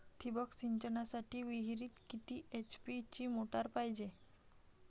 ठिबक सिंचनासाठी विहिरीत किती एच.पी ची मोटार पायजे?